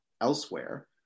elsewhere